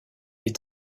est